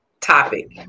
Topic